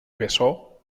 bessó